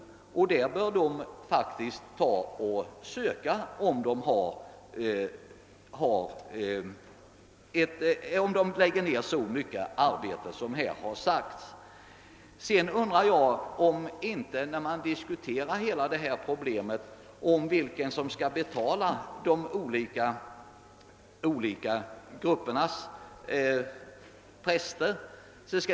Om dessa präster lägger ned så mycket arbete som här har sagts, bör de söka sådant arvode. När vi diskuterar hela detta problem undrar jag vem som skall betala de olika gruppernas präster.